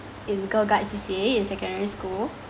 in girl guides C_C_A in secondary school